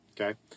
Okay